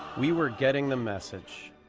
we were getting the message.